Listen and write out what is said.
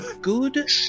Good